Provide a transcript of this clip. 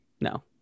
no